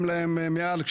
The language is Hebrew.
הוא